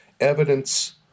evidence